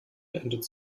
beendet